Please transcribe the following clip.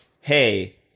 hey